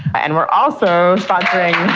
and we are also sponsoring,